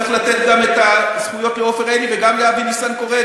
צריך לתת גם את הזכויות לעופר עיני וגם לאבי ניסנקורן.